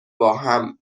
باهم